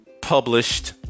published